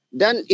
dan